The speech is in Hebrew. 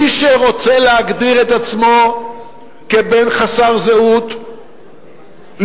מי שרוצה להגדיר את עצמו בן חסר זהות לאומית,